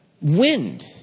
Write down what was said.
wind